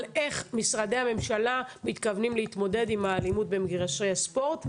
על איך משרדי הממשלה מתכוונים להתמודד עם האלימות במגרשי הספורט.